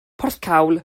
porthcawl